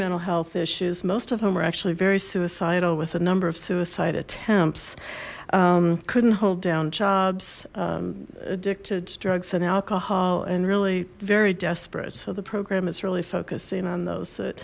mental health issues most of them were actually very suicidal with a number of suicide attempts couldn't hold down jobs addicted to drugs and alcohol and really very desperate so the program is really focusing on those that